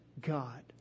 God